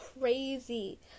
crazy